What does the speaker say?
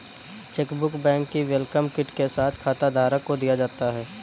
chequebook bank की welcome kit के साथ खाताधारक को दिया जाता है